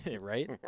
right